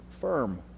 firm